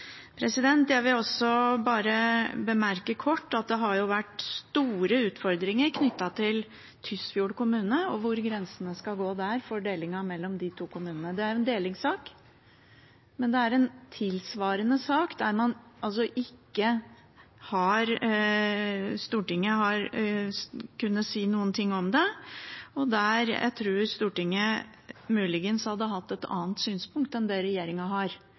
Jeg vil også bare kort bemerke at det har vært store utfordringer knyttet til Tysfjord kommune – om hvor grensene skal gå for delingen mellom to kommuner. Det er en delingssak, men det er en tilsvarende sak der Stortinget ikke har kunnet si noe om det, og der jeg tror Stortinget muligens hadde hatt et annet synspunkt enn det regjeringen har,